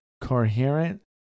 coherent